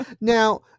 Now